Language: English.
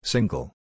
Single